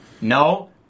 no